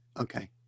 Okay